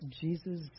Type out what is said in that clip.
Jesus